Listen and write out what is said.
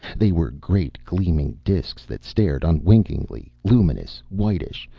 they were great gleaming disks that stared unwinkingly, luminous, whitish,